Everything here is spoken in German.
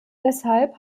deshalb